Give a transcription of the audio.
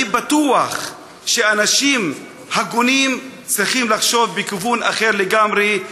אני בטוח שאנשים הגונים צריכים לחשוב בכיוון אחר לגמרי,